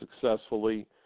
successfully